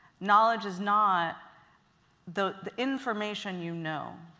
knowledge is not the information you know,